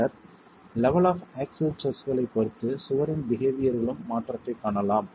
பின்னர் level of axial ஸ்ட்ரெஸ்களைப் பொறுத்து சுவரின் பிஹேவியர் யிலும் மாற்றத்தைக் காணலாம்